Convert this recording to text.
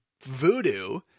voodoo